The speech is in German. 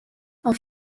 auf